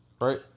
right